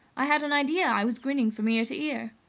i had an idea i was grinning from ear to ear.